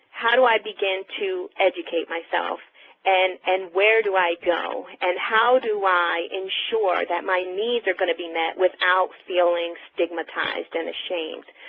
how do i begin to educate myself and and where do i go and how do i ensure that my needs are going to be met without feeling stigmatized and ashamed?